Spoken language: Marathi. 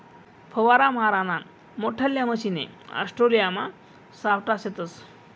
फवारा माराना मोठल्ला मशने ऑस्ट्रेलियामा सावठा शेतस